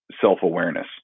self-awareness